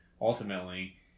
ultimately